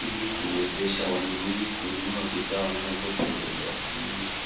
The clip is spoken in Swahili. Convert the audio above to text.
ili kuwezesha wanunuzi kununua bidhaa wanazopendelea kununua.